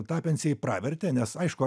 tapencijai pravertė nes aišku